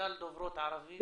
דוברות ערבית,